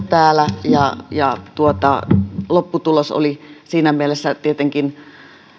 täällä lopputulos oli siinä mielessä tietenkin